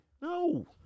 No